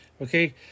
Okay